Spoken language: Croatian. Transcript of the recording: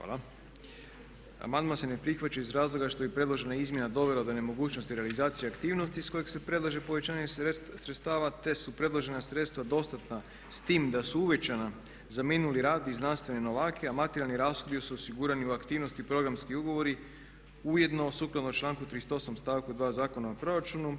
Amandman se ne prihvaća iz razloga što bi predložena izmjena dovela do nemogućnosti realizacije aktivnosti iz kojeg se predlaže povećanje sredstava te su predložena sredstva dostatna s time da su uvećana za minuli rad i znanstvene novake a matirani rashodi su osigurani u aktivnosti programski ugovori ujedno sukladno članku 38. stavku 2. Zakona o proračunu.